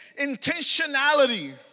intentionality